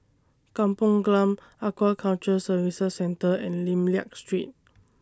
Kampung Glam Aquaculture Services Centre and Lim Liak Street